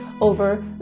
over